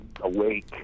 awake